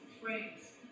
phrase